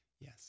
Yes